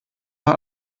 mal